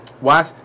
Watch